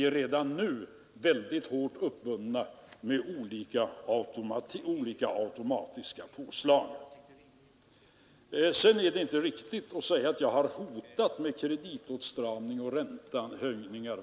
Redan nu är vi väldigt hårt bundna av olika automatiska påslag. Det är inte riktigt att säga att jag har hotat med kreditåtstramning och räntehöjningar.